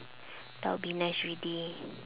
that will be nice already